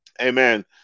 Amen